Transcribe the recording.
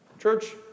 Church